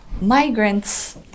migrants